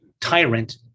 tyrant